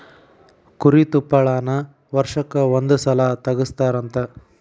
ಕುರಿ ತುಪ್ಪಳಾನ ವರ್ಷಕ್ಕ ಒಂದ ಸಲಾ ತಗಸತಾರಂತ